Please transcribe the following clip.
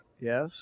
Yes